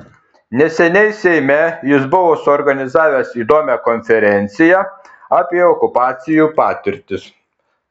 neseniai seime jis buvo suorganizavęs įdomią konferenciją apie okupacijų patirtis